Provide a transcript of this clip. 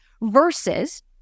versus